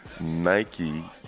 Nike